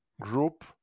group